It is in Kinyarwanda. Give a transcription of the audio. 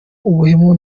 ubuhemu